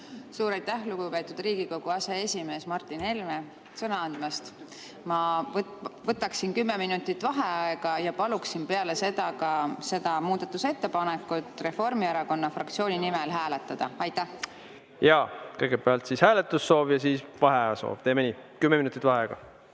Suur aitäh, lugupeetud Riigikogu aseesimees Martin Helme, sõna andmast! Ma võtaksin kümme minutit vaheaega ja peale seda paluksin seda muudatusettepanekut Reformierakonna fraktsiooni nimel hääletada. Jaa, kõigepealt hääletussoov ja siis vaheajasoov. Teeme nii, kümme minutit vaheaega.